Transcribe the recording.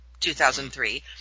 2003